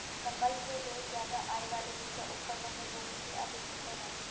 संभल के दोस्त ज्यादा आय वाले वित्तीय उपकरणों में जोखिम भी अधिक होता है